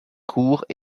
court